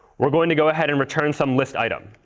we're going to go ahead and return some list item.